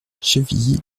chevilly